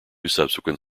subsequent